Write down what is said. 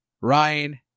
Ryan